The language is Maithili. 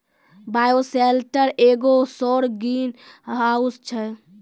बायोसेल्टर एगो सौर ग्रीनहाउस छै